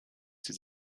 die